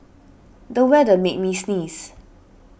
the weather made me sneeze